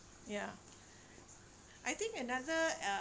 ya I think another uh~